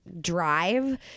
drive